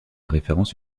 référence